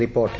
report